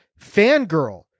fangirl